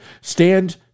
Stand